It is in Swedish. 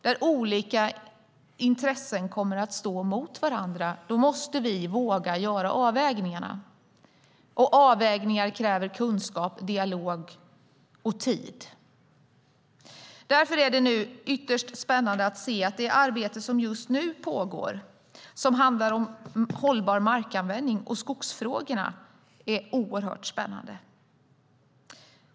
När olika intressen står mot varandra måste vi våga göra avvägningarna, och avvägningar kräver kunskap, dialog och tid. Därför är det arbete som just nu pågår, som handlar om hållbar markanvändning och skogsfrågor, ytterst spännande.